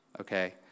Okay